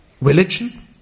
religion